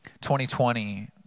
2020